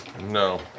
No